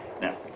Now